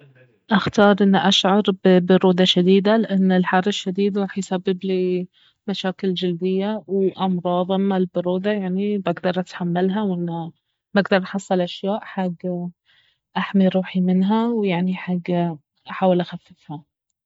اختار انه اشعر ببرودة شديدة لانه الحر الشديد راح يسبب لي مشاكل جلدية وامراض اما البرودة يعني بقدر اتحملها وانه بقدر احصل أشياء احمي روحي منها ويعني حق أحاول اخففها